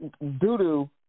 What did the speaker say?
doo-doo